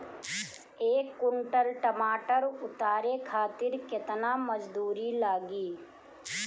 एक कुंटल टमाटर उतारे खातिर केतना मजदूरी लागी?